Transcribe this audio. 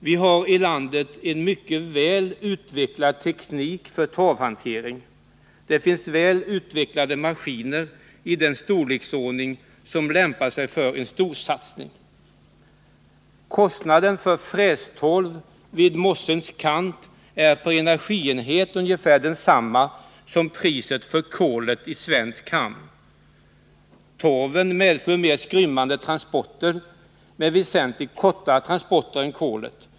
Vi har i landet en mycket väl utvecklad teknik för torvhantering. Det finns väl utvecklade maskiner av en storlek som lämpar sig för en storsatsning. Kostnaden för frästorv vid mossens kant är per energienhet ungefär densamma som priset för kolet i svensk hamn. Torven medför mer skrymmande transporter, men väsentligt kortare transporter än kolet.